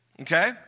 okay